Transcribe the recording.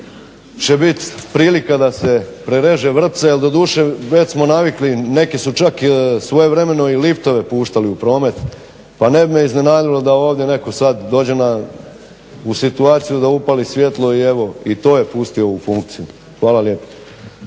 će biti prilika da se prereže vrpca jer doduše već smo navikli, neki su čak svojevremeno i liftove puštali u promet pa ne bi me iznenadilo da ovdje netko sad dođe u situaciju da upali svjetlo i evo i to je pustio u funkciju. Hvala lijepo.